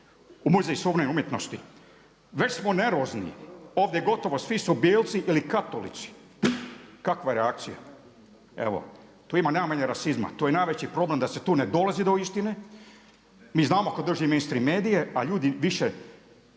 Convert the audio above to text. u Muzej suvremene umjetnosti već smo nervozni, ovdje gotovo svi su bijelci ili katolici, kakva je reakcija? Evo tu ima najmanje rasizma, tu je najveći problem da se tu ne dolazi do istine. Mi znamo tko drži mainstream medije pa ljudi više,